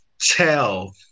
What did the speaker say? tell